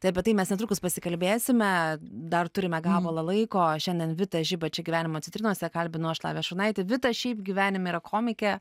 tai apie tai mes netrukus pasikalbėsime dar turime gabalą laiko šiandien vita žiba čia gyvenimo citrinose kalbinu aš lavija šurnaitė vita šiaip gyvenime yra komikė